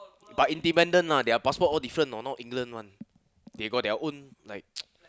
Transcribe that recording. but independent you know their passport all different you know not England one they got their own like